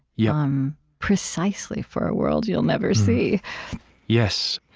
yeah um precisely for a world you'll never see yes.